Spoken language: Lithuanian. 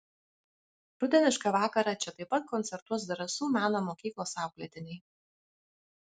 rudenišką vakarą čia taip pat koncertuos zarasų meno mokyklos auklėtiniai